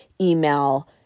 email